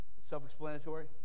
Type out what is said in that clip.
Self-explanatory